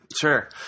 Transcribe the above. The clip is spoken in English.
Sure